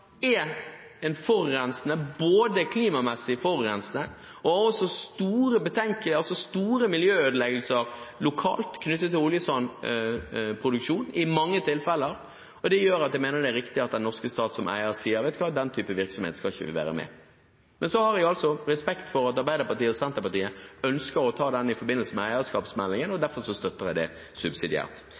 oljesand er forurensende – klimamessig forurensende – og det er i mange tilfeller også store miljøødeleggelser lokalt knyttet til oljesandproduksjon. Det gjør at jeg mener det er riktig at den norske stat som eier sier at den type virksomhet skal vi ikke være med på. Men så har vi respekt for at Arbeiderpartiet og Senterpartiet ønsker å ta dette i forbindelse med eierskapsmeldingen, og derfor støtter jeg det